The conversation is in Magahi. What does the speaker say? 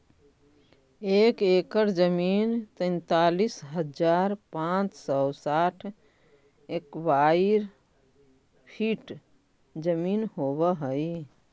एक एकड़ जमीन तैंतालीस हजार पांच सौ साठ स्क्वायर फीट जमीन होव हई